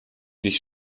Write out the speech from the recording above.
sich